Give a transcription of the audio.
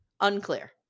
unclear